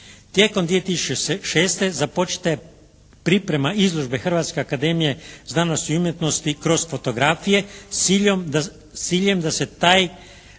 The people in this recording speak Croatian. Tijekom 2006. započeta je priprema izložba Hrvatske akademije znanosti i umjetnosti kroz fotografije, s ciljem da se taj